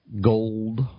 Gold